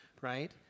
right